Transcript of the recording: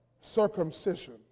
circumcision